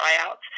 tryouts